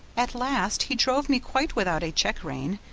at last he drove me quite without a check-rein,